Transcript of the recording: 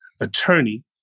attorney